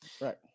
right